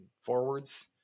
forwards